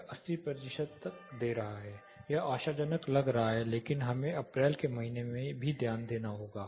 यह 80 प्रतिशत तक दे रहा है यह आशाजनक लग रहा है लेकिन हमें अप्रैल के महीने में भी ध्यान देना होगा